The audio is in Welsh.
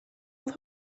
oedd